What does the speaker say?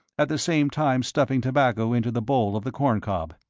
at the same time stuffing tobacco into the bowl of the corn-cob,